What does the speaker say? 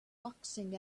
boxing